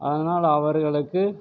அதனால் அவர்களுக்கு